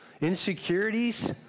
insecurities